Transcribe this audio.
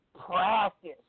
practice